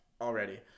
already